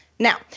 Now